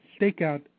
Stakeout